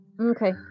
Okay